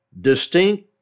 distinct